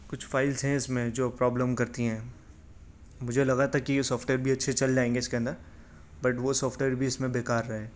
کچھ فائلس ہیں اس میں جو پرابلم کرتی ہیں مجھے لگا تھا کہ یہ سافٹ ویئربھی اچھے چل جائیں گے اس کے اندر بٹ وہ سافٹ ویئر بھی اس میں بیکار ہے